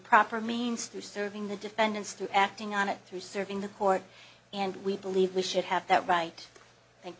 proper means to serving the defendants through acting on it through serving the court and we believe we should have that right thank